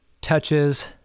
touches